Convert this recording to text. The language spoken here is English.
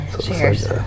Cheers